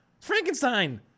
Frankenstein